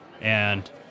And-